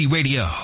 Radio